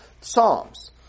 Psalms